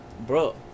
bro